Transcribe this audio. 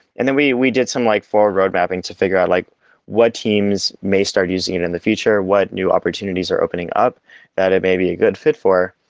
and then we we did some like for road mapping to figure out like what teams may start using it in the future, what new opportunities are opening up that it may be a good fit for.